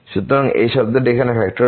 সুতরাং এই শব্দটি এখানে xN